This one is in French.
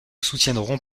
soutiendront